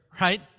Right